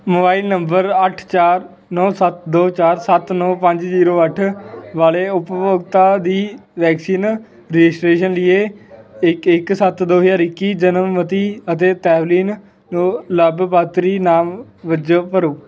mobile number ਅੱਠ ਚਾਰ ਨੌਂ ਸੱਤ ਦੋ ਚਾਰ ਸੱਤ ਨੌਂ ਪੰਜ ਜ਼ੀਰੋ ਅੱਠ ਵਾਲੇ ਉਪਭੋਗਤਾ ਦੀ ਵੈਕਸੀਨ ਰਜਿਸਟ੍ਰੇਸ਼ਨ ਲਈ ਇੱਕ ਇੱਕ ਸੱਤ ਦੋ ਹਜ਼ਾਰ ਇੱਕੀ ਜਨਮ ਮਿਤੀ ਅਤੇ ਤਵਲੀਨ ਨੂੰ ਲਾਭਪਾਤਰੀ ਨਾਮ ਵਜੋਂ ਭਰੋ